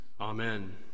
Amen